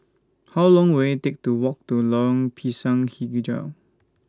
How Long Will IT Take to Walk to Lorong Pisang Hijau